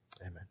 Amen